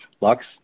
LUX